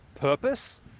purpose